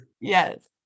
Yes